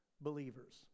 believers